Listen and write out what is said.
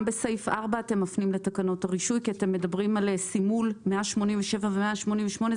גם בסעיף 4 אתם מפנים לתקנות הרישוי כי אתם מדברים על סימול 187 ו-188.